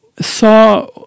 saw